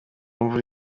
imvura